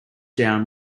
down